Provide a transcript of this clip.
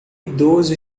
idoso